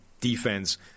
defense